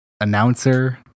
announcer